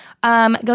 Go